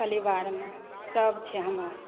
परिवारमे सभ छै हमरा